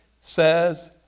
says